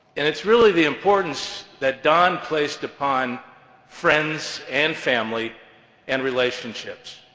and it's really the importance that don placed upon friends and family and relationships.